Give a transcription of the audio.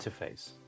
interface